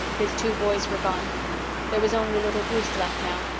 his two boys were gone there was only little bruce left now.